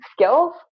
skills